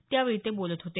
त्यावेळी ते बोलत होते